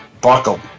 buckle